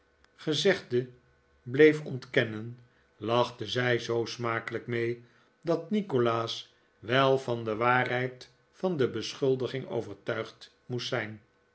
gezegde bleef ontkennen lachte zij zoo smakelijk mee dat nikolaas wel van de waarheid van de beschuldiging overtuigd moest zijn